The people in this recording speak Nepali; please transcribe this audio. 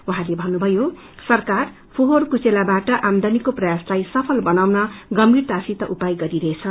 वहाँले भन्नुभयो सरकार् श्रोर कुचेलाबाट आमदानीको प्रयासलाई सफल बनाउन गम्भीरतासित उपाय गरिरहेछ